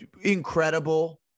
incredible